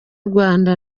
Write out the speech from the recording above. rwanda